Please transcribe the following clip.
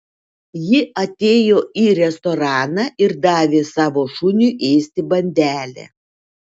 ji atėjo į restoraną ir davė savo šuniui ėsti bandelę